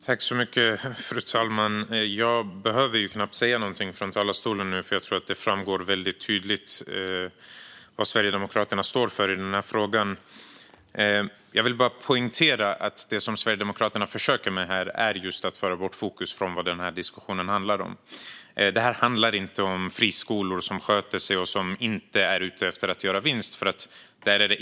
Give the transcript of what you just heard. Fru talman! Jag behöver knappt säga något, för det framgår tydligt vad Sverigedemokraterna står för i denna fråga. Låt mig poängtera att Sverigedemokraterna försöker styra bort fokus från vad diskussionen handlar om. Den handlar inte om friskolor som sköter sig och som inte är ute efter att göra vinst.